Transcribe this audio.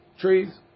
trees